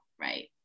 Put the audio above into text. right